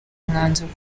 mwanzuro